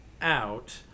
out